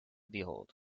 behold